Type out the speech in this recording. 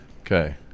Okay